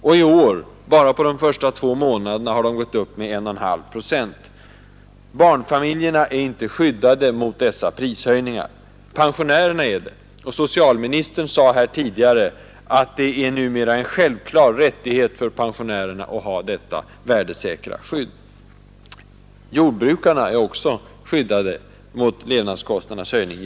Bara under de två första månaderna av detta år har de stigit med ytterligare 2,5 procent. Barnfamiljerna är inte skyddade mot dessa prishöjningar. Pensionärerna är det, och socialministern sade tidigare under debatten att detta värdesäkra skydd numera är en självklar rättighet för pensionärerna. Jordbrukarna är också genom sitt avtal skyddade mot levnadskostnadernas höjning.